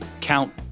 count